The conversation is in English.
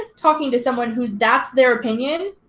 talking to someone who that's their opinion.